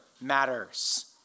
matters